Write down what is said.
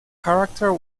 character